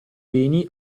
beni